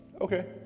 Okay